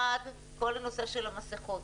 1. כל נושא המסכות,